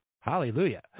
Hallelujah